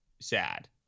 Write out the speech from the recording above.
sad